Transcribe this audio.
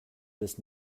this